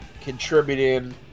contributing